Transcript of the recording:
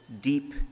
deep